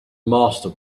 master